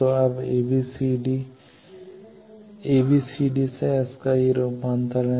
तो अब ABCD ABCD से S का यह रूपांतरण है